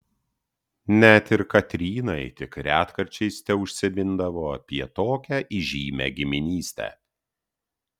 net ir katrynai tik retkarčiais teužsimindavo apie tokią įžymią giminystę